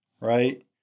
right